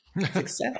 success